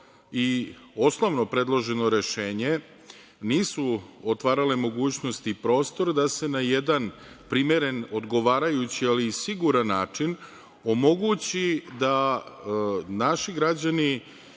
i osnovno predloženo rešenje, nisu otvarale mogućnosti i prostor da se na jedan primeren, odgovarajući, ali i siguran način, omogući da naši građani